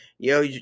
Yo